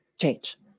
change